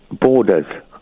borders